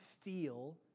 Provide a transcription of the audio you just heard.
feel